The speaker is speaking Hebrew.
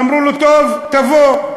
אמרו לו: טוב, תבוא.